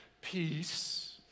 peace